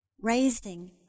raising